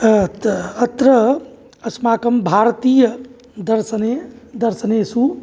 अत् अत्र अस्माकं भारतीयदर्शने दर्शनेषु